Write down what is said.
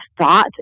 thought